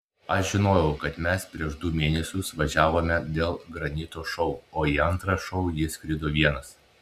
aš žinojau kad mes prieš du mėnesius važiavome dėl granito šou o į antrą šou jis skrido vienas